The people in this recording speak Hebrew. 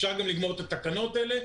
ואפשר גם לגמור את התקנות האלה.